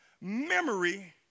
memory